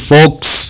Folks